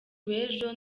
w’ejo